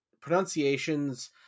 pronunciations